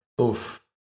oof